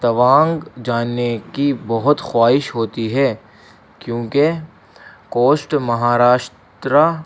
توانگ جانے کی بہت خواہش ہوتی ہے کیونکہ کوشٹ مہاراشٹرا